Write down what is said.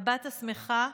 הבת השמחה,